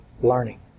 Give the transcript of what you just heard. learning